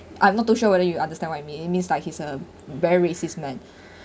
I'm not too sure whether you understand what I mean it means like he's a very racist man